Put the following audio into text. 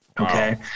okay